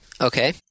Okay